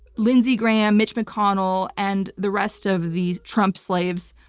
lindsey graham, mitch mcconnell, and the rest of these trump slaves,